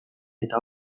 eta